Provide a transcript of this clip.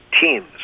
teams